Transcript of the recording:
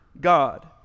God